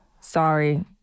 Sorry